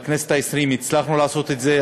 בכנסת העשרים הצלחנו לעשות את זה,